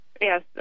Yes